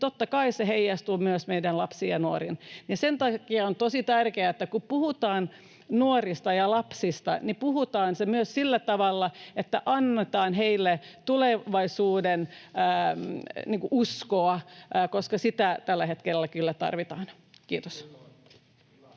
totta kai se heijastuu myös meidän lapsiin ja nuoriin. Sen takia on tosi tärkeää, että kun puhutaan nuorista ja lapsista, puhutaan myös sillä tavalla, että annetaan heille tulevaisuudenuskoa, koska sitä tällä hetkellä kyllä tarvitaan. — Kiitos.